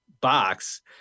box